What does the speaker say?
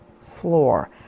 floor